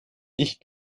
ich